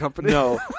no